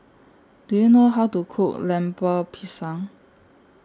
Do YOU know How to Cook Lemper Pisang